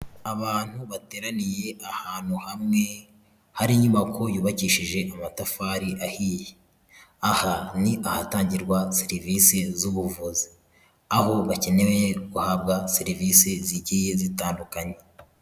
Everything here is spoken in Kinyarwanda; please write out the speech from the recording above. Abantu bateraniye ahantu hamwe hari inyubako yubakishije amatafari ahiye, aha ni ahatangirwa serivisi z'ubuvuzi, aho bakenewe guhabwa serivise zigiye zitandukanye.